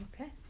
Okay